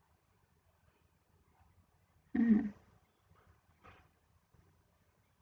mm